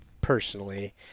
personally